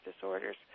disorders